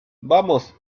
vamos